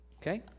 okay